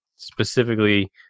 Specifically